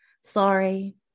sorry